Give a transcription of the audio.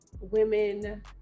women